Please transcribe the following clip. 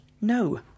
No